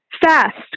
fast